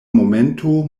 momento